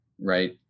right